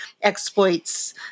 exploits